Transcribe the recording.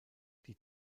die